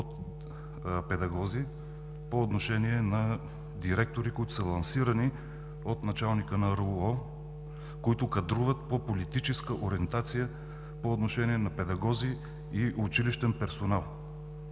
педагози по отношение на директори, които са лансирани от началника на РУО, които кадруват по политическа ориентация по отношение на педагози и училищен персонал.